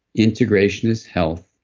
integration is health,